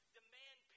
demand